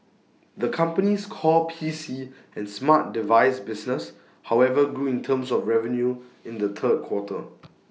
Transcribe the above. the company's core P C and smart device business however grew in terms of revenue in the third quarter